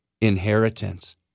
inheritance